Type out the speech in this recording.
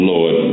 Lord